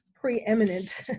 preeminent